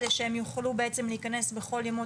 -- כדי שהם יוכלו להיכנס בכל ימות